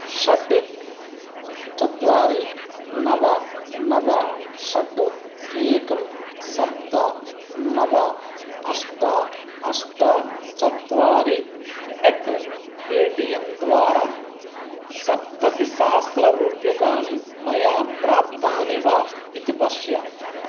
षट् चत्वारि नव नव षट् एकं सप्त नव अष्ट अष्ट चत्वाति एट् पेटियं द्वारा सप्ततिसहस्ररूप्यकाणि मया प्राप्तानि वा इति पश्य